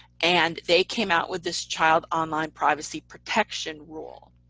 and they came out with this child online privacy protection rule.